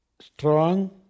strong